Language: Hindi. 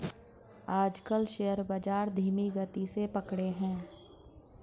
आजकल शेयर बाजार धीमी गति पकड़े हैं